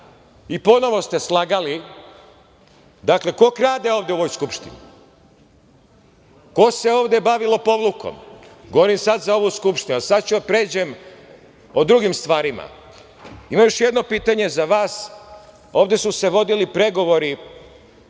i ponovo ste slagali. Dakle, ko krade ovde u ovoj Skupštini? Ko se ovde bavi lopovlukom? Govorim sad za ovu Skupštinu. Sad ću da pređem o drugim stvarima. Imam još jedno pitanje za vas. Ovde su se vodili pregovori